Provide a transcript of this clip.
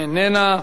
איננה.